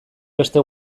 beste